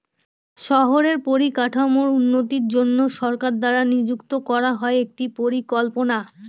শহরের পরিকাঠামোর উন্নতির জন্য সরকার দ্বারা নিযুক্ত করা হয় একটি পরিকল্পনা